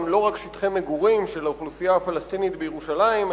הם לא רק שטחי מגורים של האוכלוסייה הפלסטינית בירושלים,